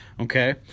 Okay